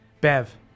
Bev